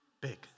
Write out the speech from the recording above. big